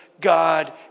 God